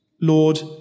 Lord